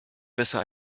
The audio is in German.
besser